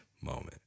moment